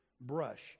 brush